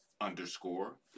underscore